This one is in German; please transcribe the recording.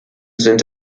sind